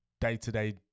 day-to-day